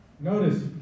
Notice